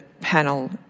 panel